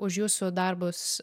už jūsų darbus